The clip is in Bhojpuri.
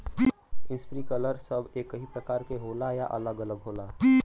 इस्प्रिंकलर सब एकही प्रकार के होला या अलग अलग होला?